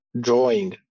drawing